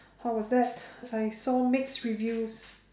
how was that I saw mixed reviews